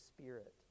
spirit